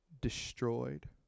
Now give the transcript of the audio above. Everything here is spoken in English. destroyed